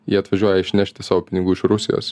jie atvažiuoja išnešti savo pinigų iš rusijos